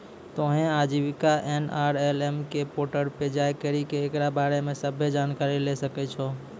तोहें आजीविका एन.आर.एल.एम के पोर्टल पे जाय करि के एकरा बारे मे सभ्भे जानकारी लै सकै छो